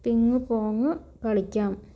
Ping pong കളിക്കാം